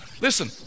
Listen